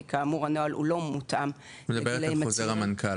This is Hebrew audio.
כי כאמור הנוהל לא מותאם --- את מדברת על חוזר המנכ"ל.